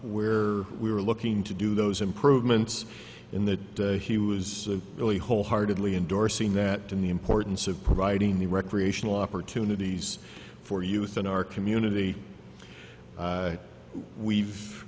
where we were looking to do those improvements in that he was really wholeheartedly endorsing that in the importance of providing the recreational opportunities for youth in our community we've